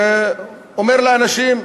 שאומר לאנשים: